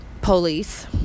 police